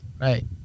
Right